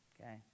Okay